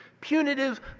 punitive